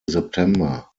september